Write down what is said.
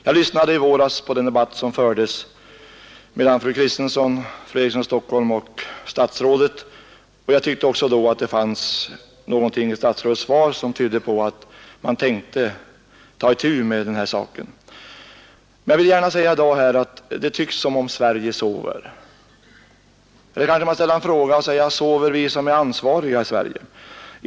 Jag lyssnade i våras till den debatt som fördes mellan fru Kristensson, fru Eriksson i Stockholm och statsrådet Lidbom. Jag tyckte då att det fanns något i statsrådets svar som tydde på att man tänkte ta itu med denna sak. Det förefaller som om Sverige sover. Jag kanske kan ställa frågan: Sover vi som är ansvariga i Sverige?